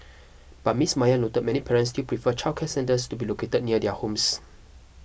but Miss Maya noted many parents still prefer childcare centres to be located near their homes